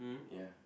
ya